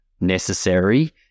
necessary